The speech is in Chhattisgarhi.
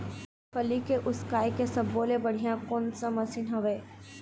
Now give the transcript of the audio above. मूंगफली के उसकाय के सब्बो ले बढ़िया कोन सा मशीन हेवय?